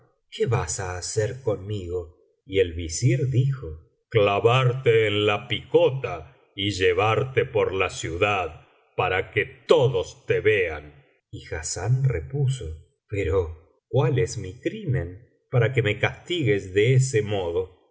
qué vas á hacer conmigo y el visir dijo clavarte en la picota y llevarte por la ciudad para que todos te vean y hassán repuso pero cuál es mi crimen para que me castigues de ese modo